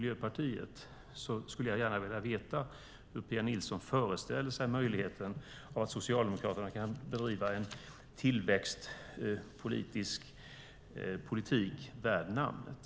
Jag skulle gärna vilja veta hur Pia Nilsson föreställer sig möjligheten att Socialdemokraterna med stöd av Vänsterpartiet och Miljöpartiet kan bedriva en tillväxtpolitik värd namnet.